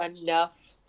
enough